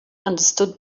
understood